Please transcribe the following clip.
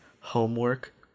homework